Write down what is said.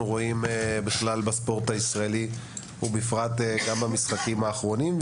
רואים בכלל בספורט הישראלי ובפרט במשחקים האחרונים.